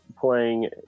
playing